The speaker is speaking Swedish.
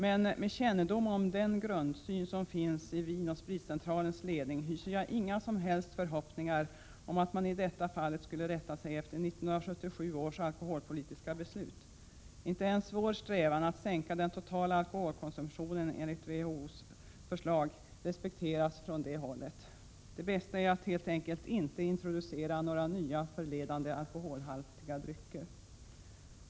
Men med kännedom om den grundsyn som finns i Vin & Spritcentralens ledning hyser jag inga som helst förhoppningar om att man i detta fall skulle rätta sig efter 1977 års alkoholpolitiska beslut. Inte ens vår strävan att sänka den totala alkoholkonsumtionen enligt WHO:s förslag respekteras från det hållet. Det bästa är att helt enkelt inte introducera några nya förledande alkoholhaltiga drycker.